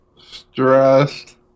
Stressed